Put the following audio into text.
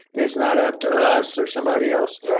that's not up to us or somebody else